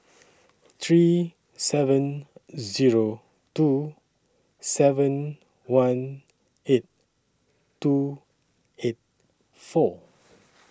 three seven Zero two seven one eight two eight four